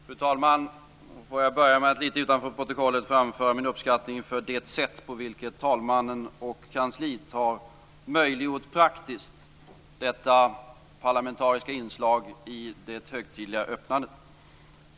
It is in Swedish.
Fru talman! Får jag börja med att litet utanför protokollet framföra min uppskattning för det sätt på vilket talmannen och kansliet praktiskt har möjliggjort detta parlamentariska inslag i det högtidliga öppnandet.